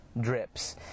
Drips